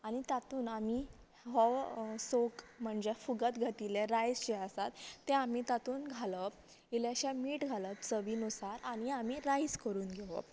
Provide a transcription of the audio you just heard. आनी तातूंत आमी हो सोक म्हणजे फुगत घातिल्ले रायस जे आसात ते आमी तातून घालप इल्ले शें मीट घालप चवी अनुसार आनी आमी रायस करून घेवप